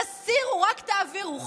תסירו, רק תעבירו?